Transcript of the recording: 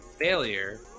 failure